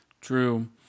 True